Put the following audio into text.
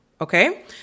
Okay